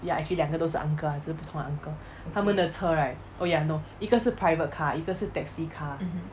ya actually 两个都是 uncle 不同 uncle 他们的车 right oh ya no 一个是 private car 一个是 taxi car